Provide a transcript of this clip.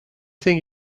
think